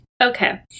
okay